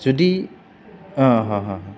जुदि